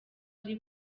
ari